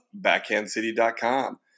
BackhandCity.com